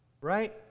right